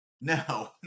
No